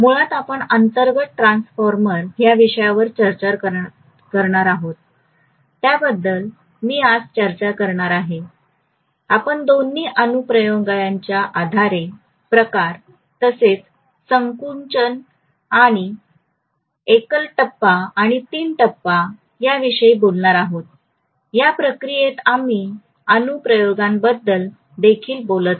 मुळात आपण अंतर्गत ट्रान्सफॉर्मर ह्या विषयावर चर्चा करणार आहोत त्याबद्दल मी आज चर्चा करणार आहे आपण दोन्ही अनुप्रयोगांच्या आधारे प्रकार तसेच संकुचन आणि एकल टप्पा आणि तीन टप्पा याविषयी बोलणार आहोत य़ा प्रक्रियेत आम्ही अनुप्रयोगांबद्दल देखील बोलत आहोत